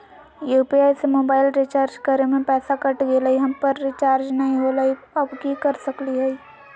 UPI से mobile recharge करे में पैसा कट गेलई, पर रिचार्ज नई होलई, अब की कर सकली हई?